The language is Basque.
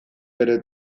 bere